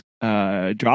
Drop